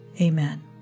Amen